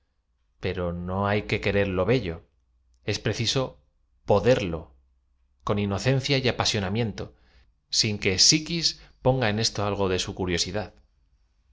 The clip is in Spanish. pero no hay que querer lo bello es preciso poderlo con inocencia y apaaíonaidiento síd que psiquis ponga en esto algo de au curiosidad